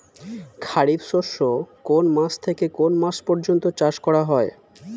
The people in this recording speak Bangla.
খারিফ শস্য কোন মাস থেকে কোন মাস পর্যন্ত চাষ করা হয়?